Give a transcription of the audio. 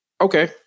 okay